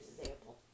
example